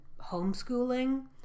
homeschooling